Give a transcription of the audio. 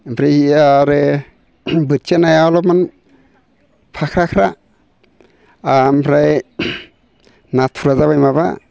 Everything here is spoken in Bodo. ओमफ्राय इयो आरो बोथिया नाया अलपमान फाख्राख्रा आमफ्राय नाथुरा जाबाय माबा